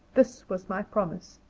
this was my promise,